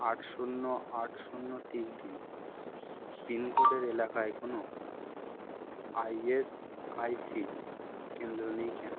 আট শূন্য আট শূন্য তিন তিন পিনকোডের এলাকায় কোনো আইএসআইসি কেন্দ্র নেই কেন